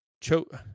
choke